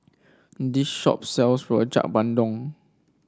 this shop sells Rojak Bandung